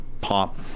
pop